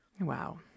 wow